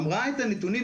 אמרה את הנתונים,